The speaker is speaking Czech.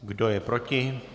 Kdo je proti?